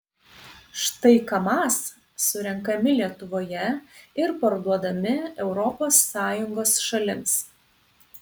štai kamaz surenkami lietuvoje ir parduodami europos sąjungos šalims